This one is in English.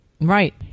Right